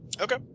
okay